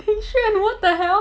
ding xuan what the hell